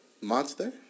monster